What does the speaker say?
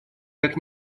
как